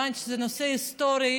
הבנתי שזה נושא היסטורי,